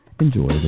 Enjoy